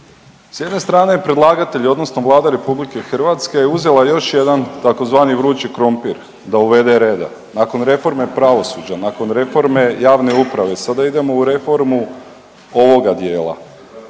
s jedne strane je predlagatelj odnosno Vlada RH je uzela još jedan tzv. vrući krompir da uvede reda. Nakon reforme pravosuđa, nakon reforme javne uprave sada idemo u reformu ovoga dijela.